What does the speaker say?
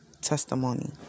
testimony